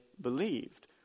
believed